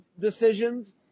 decisions